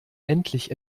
endlich